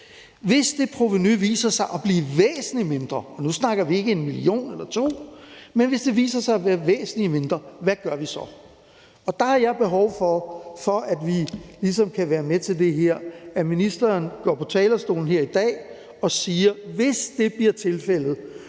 mindre – nu snakker vi ikke 1 eller 2 mio. kr. – hvad gør vi så? Der har jeg behov for, for at vi ligesom kan være med til det her, at ministeren går på talerstolen her i dag og siger: Hvis det bliver tilfældet,